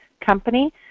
company